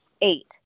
Eight